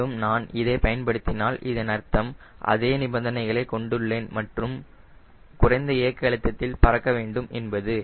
மேலும் நான் இதை பயன்படுத்தினால் இதன் அர்த்தம் அதே நிபந்தனைகளை கொண்டுள்ளேன் மற்றும் குறைந்த இயக்க அழுத்தத்தில் பறக்க வேண்டும் என்பது